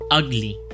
ugly